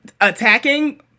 attacking